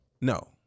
No